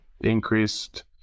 increased